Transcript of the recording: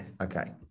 Okay